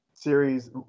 Series